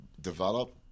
develop